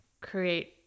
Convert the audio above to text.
create